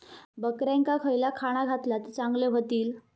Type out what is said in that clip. बकऱ्यांका खयला खाणा घातला तर चांगल्यो व्हतील?